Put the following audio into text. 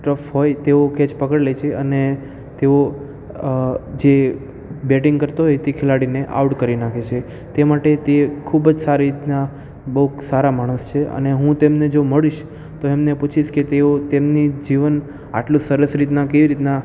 tough હોય તેઓ catch પકળી લે છે અને તેઓ જે બેટિંગ કરતો હોય તે ખિલાડીને આઉટ કરી નાખે છે તે માટે તે ખૂબ જ સારી રીતના બહુ સારા માણસ છે અને હું તેમને જો મળીશ તો એમને પૂછીશ કે તેઓ તેમની જીવન આટલું સરસ રીતના કઈ રીતના